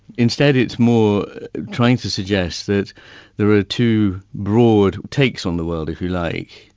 instead it's more trying to suggest that there are two broad takes on the world if you like,